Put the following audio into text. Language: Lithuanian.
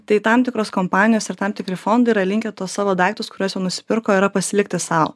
tai tam tikros kompanijos ir tam tikri fondai yra linkę tuos savo daiktus kuriuos jau nusipirko yra pasilikti sau